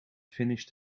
finished